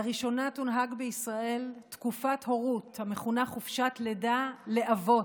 לראשונה תונהג בישראל תקופת הורות המכונה "חופשת לידה לאבות"